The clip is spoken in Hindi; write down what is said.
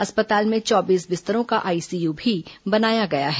अस्पताल में चौबीस बिस्तरों का आईसीयू भी बनाया गया है